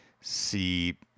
see